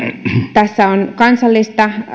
tässä on kansallista